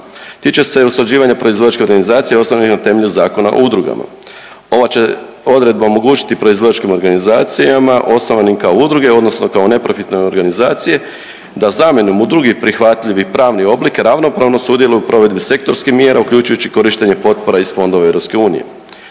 tiče se usklađivanja proizvođačke organizacije osnovane na temelju Zakona o udrugama. Ova će odredba omogućiti proizvođačkim organizacijama osnovanim kao udruge odnosno kao neprofitne organizacije da zamjenom u drugi prihvatljivi pravni oblik ravnopravno sudjeluje u provedbi sektorskih mjera uključujući i korištenje potpora iz fondova EU.